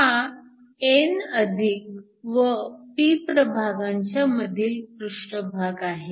हा n व p प्रभागांच्या मधील पृष्ठभाग आहे